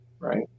Right